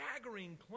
staggering